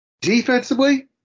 Defensively